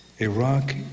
Iraq